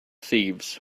thieves